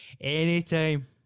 Anytime